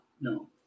no